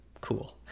cool